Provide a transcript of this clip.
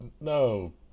No